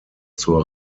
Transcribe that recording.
zur